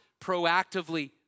proactively